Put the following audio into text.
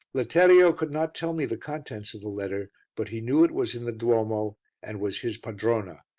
letterio could not tell me the contents of the letter, but he knew it was in the duomo and was his padrona,